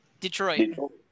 Detroit